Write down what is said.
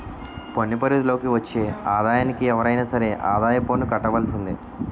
పన్ను పరిధి లోకి వచ్చే ఆదాయానికి ఎవరైనా సరే ఆదాయపు కట్టవలసిందే